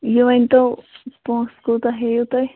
یہِ ؤنۍ تو پونٛسہٕ کوتاہ ہیٚیُِو تُہۍ